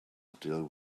still